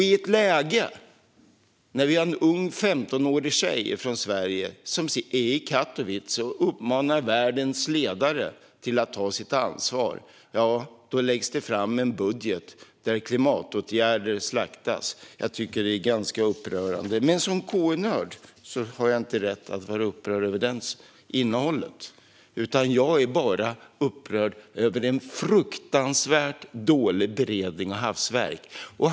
I ett läge där vi har en ung 15-årig tjej från Sverige som är i Katowice och uppmanar världens ledare att ta sitt ansvar läggs det fram en budget där klimatåtgärder slaktas. Jag tycker att det är ganska upprörande. Men som KU-nörd har jag inte rätt att vara upprörd över innehållet, utan jag är bara upprörd över en fruktansvärt dålig beredning och ett hafsverk.